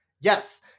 Yes